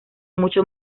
mucho